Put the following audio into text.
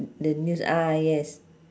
the news ah yes